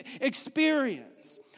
experience